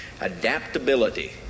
Adaptability